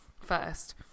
first